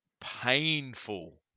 painful